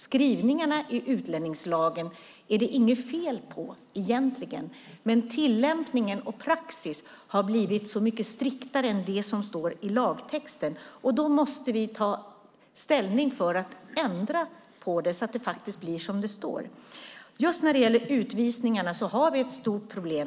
Det är egentligen inte något fel på skrivningarna i utlänningslagen, men tillämpningen och praxis har blivit så mycket striktare än det som står i lagtexten. Då måste vi ta ställning för att ändra på det så att det faktiskt blir som det står. Vi har ett stort problem när det gäller utvisningarna.